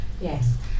Yes